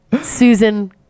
Susan